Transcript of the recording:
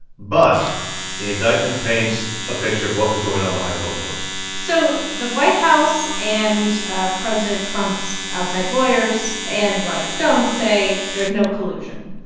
but the indictment paints a picture of what was going on behind closed doors so the white house and ah president trump's outside lawyers and roger stone say there's no collusion.